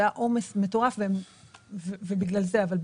שהיה עומס מטורף ולכן זה קרה.